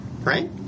Right